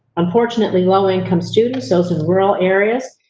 unfortunately, low income students, those in rural areas,